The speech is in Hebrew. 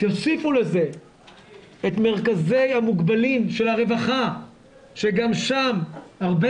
תוסיפו לזה את מרכזי המוגבלים של הרווחה שגם שם הרבה